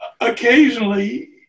occasionally